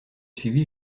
suivi